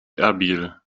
erbil